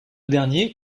dernier